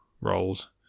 roles